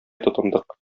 тотындык